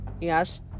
Yes